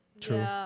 True